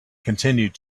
continued